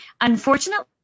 Unfortunately